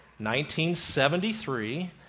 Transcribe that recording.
1973